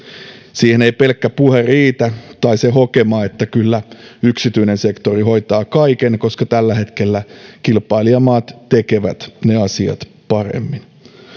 siihen ei pelkkä puhe riitä tai se hokema että kyllä yksityinen sektori hoitaa kaiken koska tällä hetkellä kilpailijamaat tekevät ne asiat paremmin